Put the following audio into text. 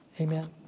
amen